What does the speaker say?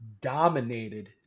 dominated